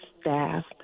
staff